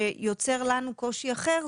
שיוצר לנו קושי אחר,